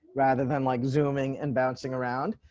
rather than like zooming and bouncing around.